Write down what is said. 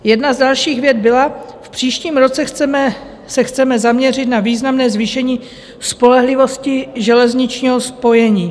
Jedna z dalších vět byla: V příštím roce se chceme zaměřit na významné zvýšení spolehlivosti železničního spojení.